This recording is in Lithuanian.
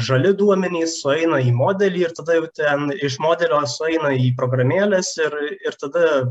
žali duomenys sueina į modelį ir tada jau ten iš modelio sueina į programėles ir ir tada